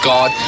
God